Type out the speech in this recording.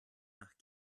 nach